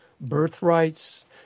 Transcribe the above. birthrights